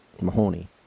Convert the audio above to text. Mahoney